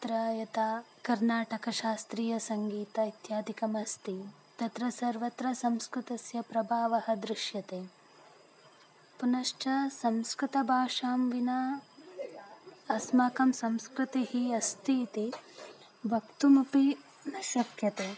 अत्र यथा कर्नाटकशास्त्रीयसङ्गीतम् इत्यादिकमस्ति तत्र सर्वत्र संस्कृतस्य प्रभावः दृश्यते पुनश्च संस्कृतभाषां विना अस्माकं संस्कृतिः अस्ति इति वक्तुमपि न शक्यते